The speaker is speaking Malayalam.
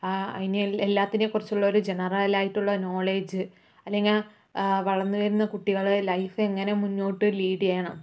ആ അതിന് എല്ലാത്തിനെയും കുറിച്ചുള്ള ഒരു ജനറൽ ആയിട്ടുള്ള നോളേഡ്ജു അല്ലെങ്കിൽ വളർന്ന് വരുന്ന കുട്ടികളെ ലൈഫ് എങ്ങനെ മുന്നോട്ട് ലീഡ് ചെയ്യണം